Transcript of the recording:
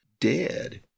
dead